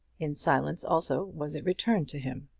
in silence also was it returned to him.